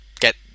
get